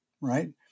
Right